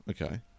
Okay